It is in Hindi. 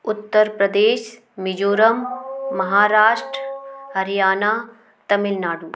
उत्तर प्रदेश मिज़ोरम महाराष्ट्र हरियाणा तमिल नाडु